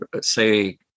say